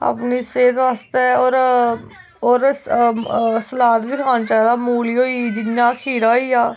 अपनी सेह्त बास्तै होर सलाद बी खाना चाहिदी मूली होई जियां खीरा होई गेआ